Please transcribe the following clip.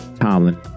Tomlin